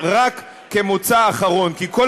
מסוג הרגעים הקטנים שלכאורה עושים בהם דבר קטן,